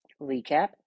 recap